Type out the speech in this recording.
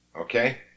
okay